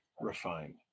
refined